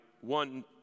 one